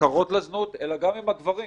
נמכרות לזנות, אלא גם עם הגברים